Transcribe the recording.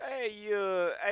Hey